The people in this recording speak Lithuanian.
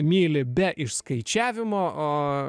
myli be išskaičiavimo o